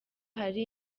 hari